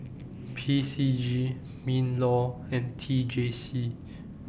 P C G MINLAW and T J C